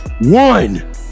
One